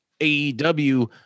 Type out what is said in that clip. AEW